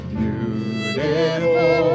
beautiful